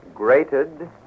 Grated